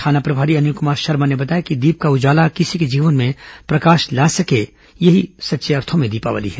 थाना प्रभारी अनिल कुमार शर्मा ने बताया कि दीप का उजाला किसी के जीवन में प्रकाश ला सके यही सच्ची दीवाली है